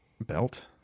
Belt